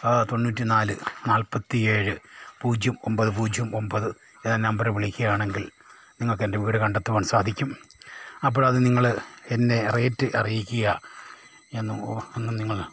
തൊണ്ണൂറ്റി നാല് നാൽപ്പത്തി ഏഴ് പൂജ്യം ഒമ്പത് പൂജ്യം ഒമ്പത് എന്ന നമ്പറിൽ വിളിയ്ക്കയാണെങ്കിൽ നിങ്ങൾക്കെന്റെ വീട് കണ്ടെത്തുവാൻ സാധിക്കും അപ്പോഴത് നിങ്ങൾ എന്നെ റേറ്റ് അറിയിക്കുക എന്ന് എന്നും നിങ്ങൾ